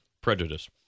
Prejudice